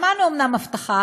שמענו אומנם הבטחה